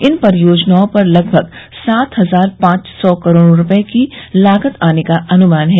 इन परियोजनाओं पर लगभग सात हजार पांच सौ करोड़ रुपये की लागत आने का अनुमान है